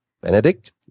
benedict